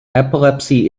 epilepsy